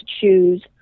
choose